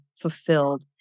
fulfilled